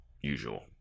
usual